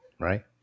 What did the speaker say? Right